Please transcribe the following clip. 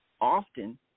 often